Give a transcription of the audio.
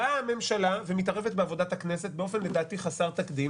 באה הממשלה ומתערבת בעבודת הכנסת באופן חסר תקדים